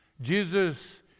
Jesus